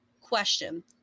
Question